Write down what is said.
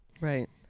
Right